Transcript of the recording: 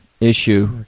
issue